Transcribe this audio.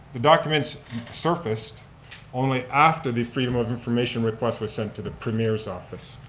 the documents surfaced only after the freedom of information request was sent to the premier's office.